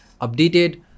updated